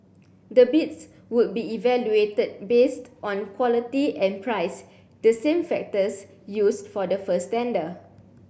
the bids would be evaluated based on quality and price the same factors used for the first tender